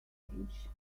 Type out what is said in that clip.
age